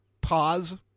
pause